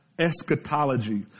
eschatology